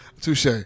Touche